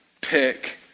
Pick